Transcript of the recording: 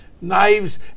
Knives